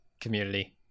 community